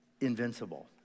invincible